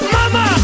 Mama